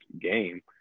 game